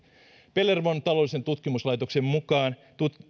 pellervon taloudellisen tutkimuslaitoksen mukaan